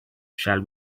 shall